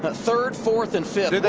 ah third fourth and fifth.